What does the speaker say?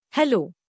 Hello